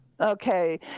Okay